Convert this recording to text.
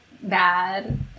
bad